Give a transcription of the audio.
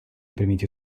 permitió